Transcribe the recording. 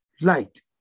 light